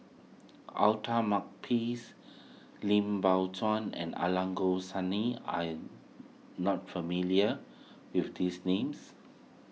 Outer Makepeace Lim Biow Chuan and Angelo are you not familiar with these names